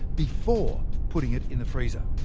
before putting it in the freezer.